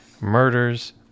murders